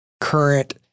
current